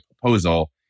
proposal